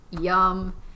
yum